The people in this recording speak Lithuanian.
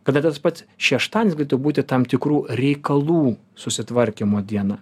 kada tas pats šeštadienis galėtų būti tam tikrų reikalų susitvarkymo diena